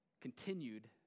continued